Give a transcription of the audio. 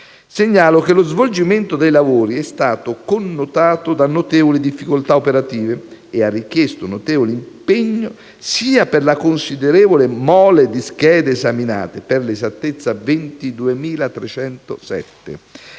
Segnalo che lo svolgimento dei lavori è stato connotato da notevoli difficoltà operative e ha richiesto un notevole impegno, sia per la considerevole mole di schede esaminate (per l'esattezza 22.307),